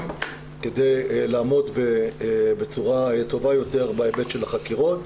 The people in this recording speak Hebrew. כדי לעמוד בצורה טובה יותר בהיבט של החקירות.